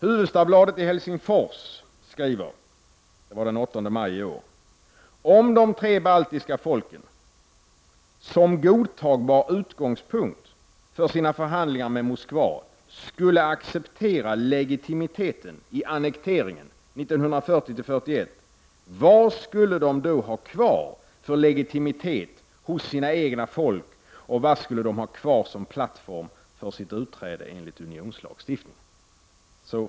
Hufvudstadsbladet i Helsingfors skrev den 8 maj i år: Om de tre baltiska folken som godtagbar utgångspunkt för sina förhandlingar med Moskva skulle acceptera legitimiteten i annekteringen 1940-1941, vad skulle de då ha kvar för legitimitet hos sina egna folk och vad skulle de ha kvar som plattform för sitt utträde enligt unionslagstiftningen?